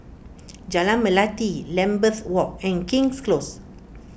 Jalan Melati Lambeth Walk and King's Close